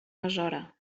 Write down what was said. besora